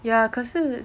ya 可是